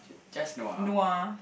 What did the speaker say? just nua